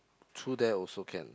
true there also can